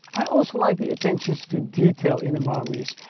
i also like theattention to detail in the marwees.